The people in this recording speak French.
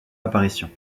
apparitions